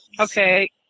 Okay